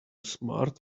smart